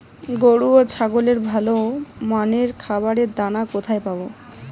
গরু ও ছাগলের ভালো মানের খাবারের দানা কোথায় পাবো?